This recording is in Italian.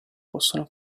possono